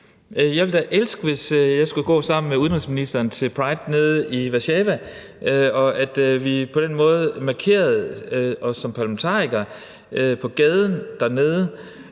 Jeg ville da elske, hvis jeg skulle gå sammen med udenrigsministeren til Pride nede i Warszawa, og at vi på den måde markerede os som parlamentarikere på gaden dernede.